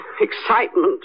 excitement